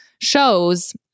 shows